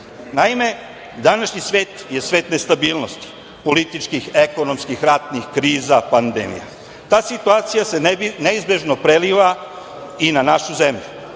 Naime, današnji svet je svet nestabilnosti, političkih, ekonomskih, ratnih kriza, pandemija. Ta situacija se neizbežno preliva i na našu zemlju.